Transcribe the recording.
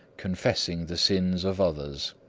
confessing the sins of others.